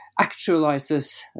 actualizes